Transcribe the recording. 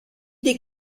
des